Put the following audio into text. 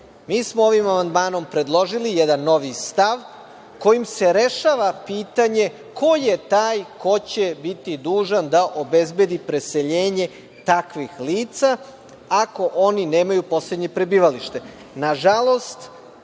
smo ovim amandmanom predložili jedan novi stav kojim se rešava pitanje ko je taj ko će biti dužan da obezbedi preseljenje takvih lica, ako nemaju poslednje prebivalište.